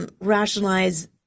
rationalize